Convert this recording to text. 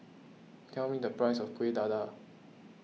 tell me the price of Kueh Dadar